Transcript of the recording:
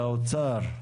האוצר,